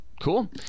Cool